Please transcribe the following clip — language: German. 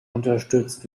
unterstützt